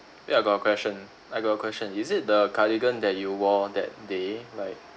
yeah got a question I got a question is it the cardigan that you wore that day like